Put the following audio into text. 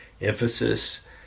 emphasis